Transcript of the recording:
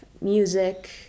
music